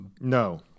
no